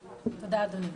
תודה, אדוני.